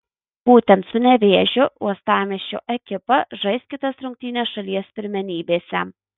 būtent su nevėžiu uostamiesčio ekipa žais kitas rungtynes šalies pirmenybėse